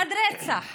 עד רצח.